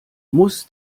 muss